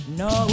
no